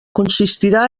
consistirà